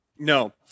No